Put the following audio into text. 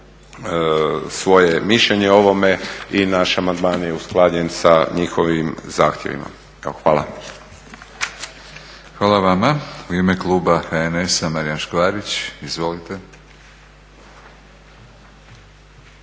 svoje mišljenje o ovome i naš amandman je usklađen sa njihovim zahtjevima. Hvala. **Batinić, Milorad (HNS)** Hvala vama. U ime kluba HNS-a Marijan Škvarić. Izvolite.